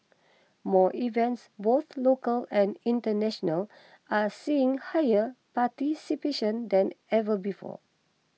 more events both local and international are seeing higher participation than ever before